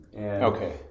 Okay